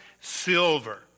silver